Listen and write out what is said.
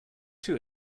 too